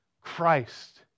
Christ